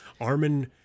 Armin